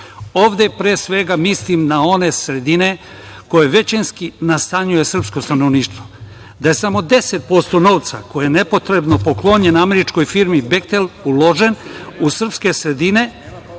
Ovde pre svega mislim na one sredine koje većinski nastanjuje srpsko stanovništvo. Da je samo 10% novca koje je nepotrebno poklonjeno američkoj firmi „Behtel“ uloženo u srpske sredine